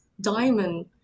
diamond